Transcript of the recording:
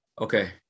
Okay